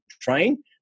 train